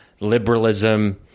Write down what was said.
liberalism